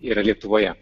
yra lietuvoje